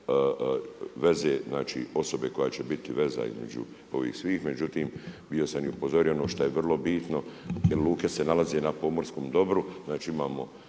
veze, znači osoba koja će biti veza između ovih svih. Međutim, bio sam i upozorio ono što je vrlo bitno jer luke se nalaze na pomorskom dobru. Znači imamo